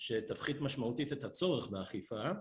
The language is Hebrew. שתפחית משמעותית את הצורך באכיפה.